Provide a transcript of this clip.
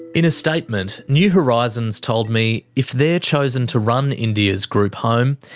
in a statement, new horizons told me if they're chosen to run india's group home,